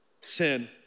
sin